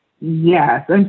Yes